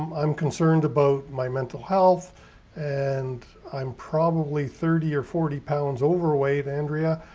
i'm, i'm concerned about my mental health and i'm probably thirty or forty pounds overweight. andrea,